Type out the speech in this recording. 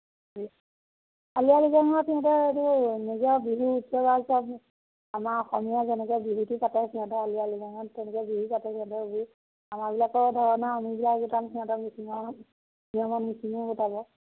আলি আই লৃগাঙত সিহঁতে এইটো নিজৰ বিহু উৎসৱ আৰু চব আমাৰ অসমীয়া যেনেকৈ বিহুটো পাতে সিহঁতৰ আলি আই লৃগাঙত তেনেকৈ বিহু পাতে সিহঁতৰ বিহু আমাৰবিলাকৰ ধৰণৰ আমিবিলাক সিহঁতৰ মিচিঙৰ নিয়মত মিচিঙে গোটাব